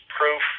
proof